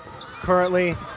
Currently